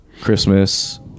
Christmas